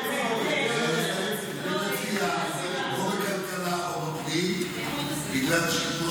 אני מציע או בכלכלה או בפנים, איכות הסביבה.